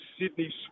Sydney